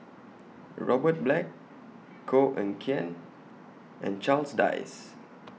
Robert Black Koh Eng Kian and Charles Dyce